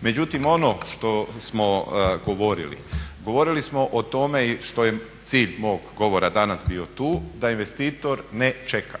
Međutim, ono što smo govorili, govorili smo o tome što je cilj mog govora danas bio tu, da investitor ne čeka.